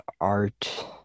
art